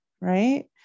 right